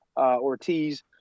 Ortiz